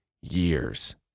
years